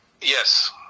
Yes